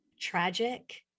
tragic